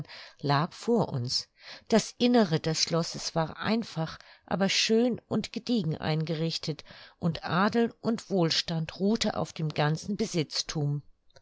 lag vor uns das innere des schlosses war einfach aber schön und gediegen eingerichtet und adel und wohlstand ruhte auf dem ganzen besitzthum